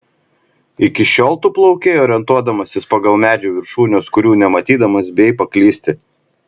iki šiol tu plaukei orientuodamasis pagal medžių viršūnes kurių nematydamas bijai paklysti